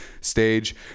stage